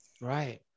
Right